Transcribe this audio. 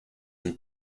and